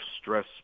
stress